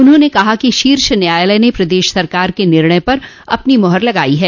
उन्होंने कहा कि शीर्ष न्यायालय ने प्रदेश सरकार के निर्णय पर अपनी मोहर लगाई है